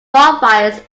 bonfires